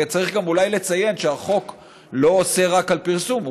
וצריך גם אולי לציין שהחוק לא אוסר רק פרסום,